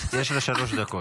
יש לה שלוש דקות.